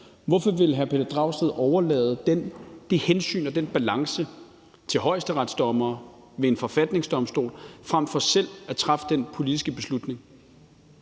Hvorfor vil hr. Pelle Dragsted overlade det hensyn og den balance til højesteretsdommere ved en forfatningsdomstol frem for selv at træffe den politiske beslutning?